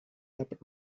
dapat